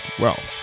wealth